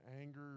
anger